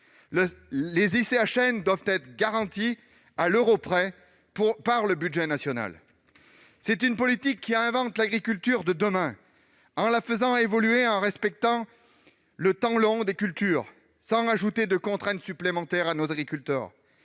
(ICHN) doivent être garanties à l'euro près par le budget national. C'est une politique qui invente l'agriculture de demain, en la faisant évoluer et en respectant le temps long des cultures, sans ajouter de contraintes supplémentaires pour nos agriculteurs.